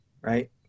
right